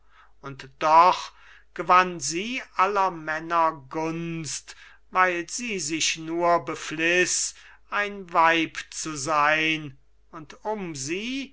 und doch gewann sie aller männer gunst weil sie sich nur befliß ein weib zu sein und um sie